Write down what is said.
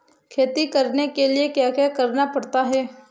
खेती करने के लिए क्या क्या करना पड़ता है?